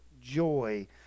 joy